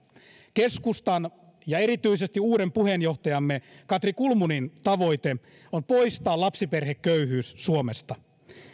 keskustan ja erityisesti uuden puheenjohtajamme katri kulmunin tavoite on poistaa lapsiperheköyhyys suomesta